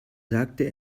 sagte